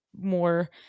more